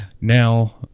Now